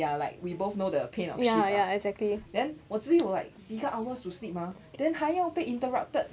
ya like we both know the pain of shift ah then 我只有 like 几个 hours to sleep mah then 还要被 interrupted